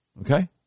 Okay